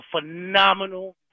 phenomenal